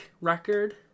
record